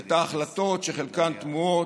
את ההחלטות, שחלקן תמוהות,